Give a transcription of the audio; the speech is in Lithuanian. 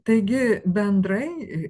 taigi bendrai